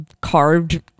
carved